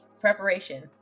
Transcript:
preparation